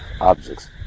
objects